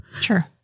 Sure